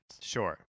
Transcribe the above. Sure